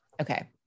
Okay